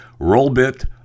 Rollbit